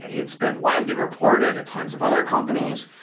it's been widely reported at tons of other companies,